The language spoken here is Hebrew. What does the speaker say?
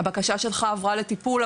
הבקשה שלך עברה לטיפול,